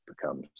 becomes